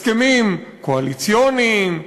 הסכמים קואליציוניים,